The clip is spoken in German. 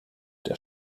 der